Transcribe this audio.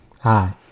Hi